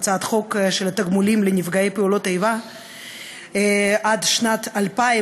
הצעת חוק התגמולים לנפגעי פעולות איבה עד שנת 2000,